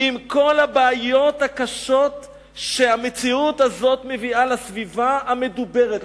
עם כל הבעיות הקשות שהמציאות הזאת מביאה לסביבה המדוברת,